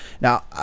Now